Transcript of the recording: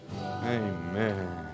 amen